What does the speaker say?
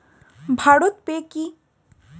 ভারত পে কি?